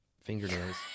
fingernails